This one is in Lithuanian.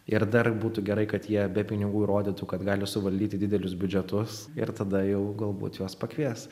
ir dar būtų gerai kad jie be pinigų įrodytų kad gali suvaldyti didelius biudžetus ir tada jau galbūt juos pakvies